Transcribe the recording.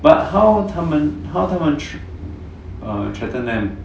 but how 他们 how 他们 thre~ err threaten them